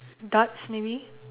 darts maybe